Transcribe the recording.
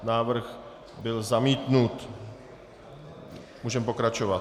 Návrh byl zamítnut. Můžeme pokračovat.